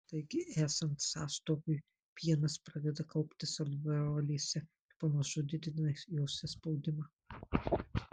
taigi esant sąstoviui pienas pradeda kauptis alveolėse ir pamažu didina jose spaudimą